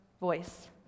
voice